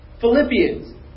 Philippians